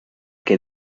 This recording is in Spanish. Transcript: que